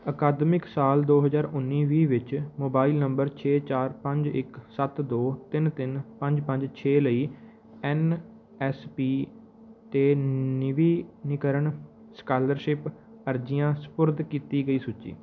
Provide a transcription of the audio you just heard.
ਅਕਾਦਮਿਕ ਸਾਲ ਦੋ ਹਜ਼ਾਰ ਉੱਨੀ ਵੀਹ ਵਿੱਚ ਮੋਬਾਈਲ ਨੰਬਰ ਛੇ ਚਾਰ ਪੰਜ ਇੱਕ ਸੱਤ ਦੋ ਤਿੰਨ ਤਿੰਨ ਪੰਜ ਪੰਜ ਛੇ ਲਈ ਐੱਨ ਐੱਸ ਪੀ 'ਤੇ ਨਵੀਨੀਕਰਨ ਸਕਾਲਰਸ਼ਿਪ ਅਰਜ਼ੀਆਂ ਸਪੁਰਦ ਕੀਤੀ ਗਈ ਸੂਚੀ